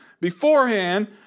beforehand